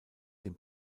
dem